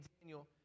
Daniel